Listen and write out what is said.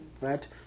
right